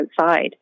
outside